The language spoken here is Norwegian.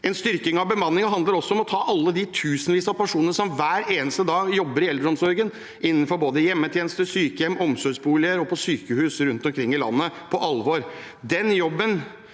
En styrking av bemanningen handler også om å ta alle de tusenvis av personene som hver eneste dag jobber i eldreomsorgen innenfor både hjemmetjeneste, sykehjem og omsorgsboliger og på sykehus rundt omkring i landet, på alvor. Den jobben